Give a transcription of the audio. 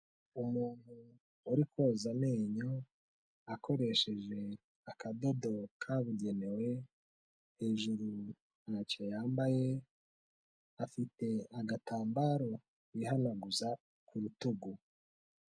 Umuntu uri koza amenyo akoresheje akadodo kabugenewe, hejuru ntacyo yambaye afite agatambaro yihanaguza ku rutugu.